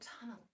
tunnel